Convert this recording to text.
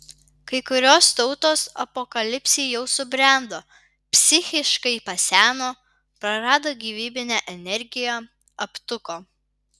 kai kurios tautos apokalipsei jau subrendo psichiškai paseno prarado gyvybinę energiją aptuko